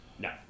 No